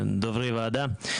דוברי הוועדה,